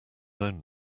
own